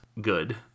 good